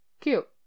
Cute